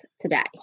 today